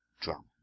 drum